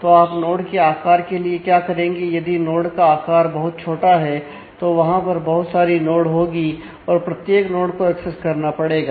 तो आप नोड के आकार के लिए क्या करेंगे यदि नोड का आकार बहुत छोटा है तो वहां पर बहुत सारी नोड होंगी और प्रत्येक नोड को एक्सेस करना पड़ेगा